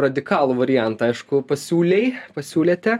radikalų variantą aišku pasiūlei pasiūlėte